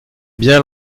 bien